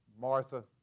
Martha